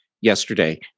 yesterday